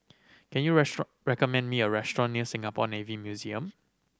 can you recommend me a restaurant near Singapore Navy Museum